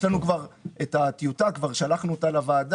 יש לנו כבר את הטיוטה, כבר שלחנו אותה לוועדה.